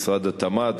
משרד התמ"ת,